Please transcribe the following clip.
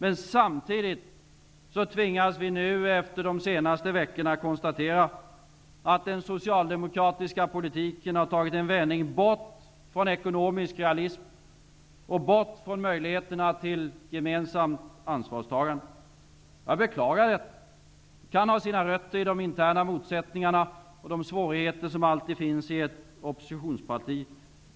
Men samtidigt tvingas vi efter de senaste veckorna konstatera att den socialdemokratiska politiken har tagit en vändning bort från ekonomisk realism och bort från möjligheterna till gemensamt ansvarstagande. Jag beklagar detta. Det kan ha sina rötter i de interna motsättningar och svårigheter som alltid finns i ett oppositionsparti.